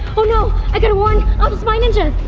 oh no! i gotta warn, um spy ninjas.